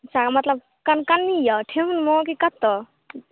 सएह मतलब कनकनि यऽ ठेहुनमे कि कतहु